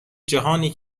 جهانی